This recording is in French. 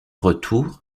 retour